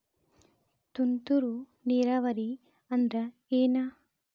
ತುಂತುರು ನೇರಾವರಿ ಅಂದ್ರ ಏನ್?